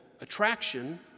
attraction